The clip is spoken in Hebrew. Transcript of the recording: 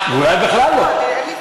אולי בכלל לא.